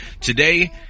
Today